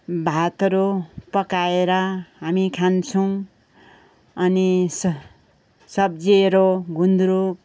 भातहरू पकाएर हामी खान्छौँ अनि स सब्जीहरू गुन्द्रुक